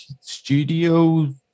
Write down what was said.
studio